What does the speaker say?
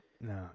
no